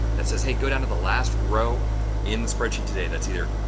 that says, hey, go down to the last row in the spreadsheet today. that's either